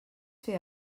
fer